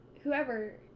whoever